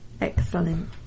Excellent